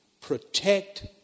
Protect